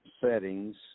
settings